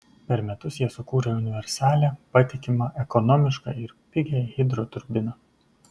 per metus jie sukūrė universalią patikimą ekonomišką ir pigią hidroturbiną